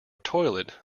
toilet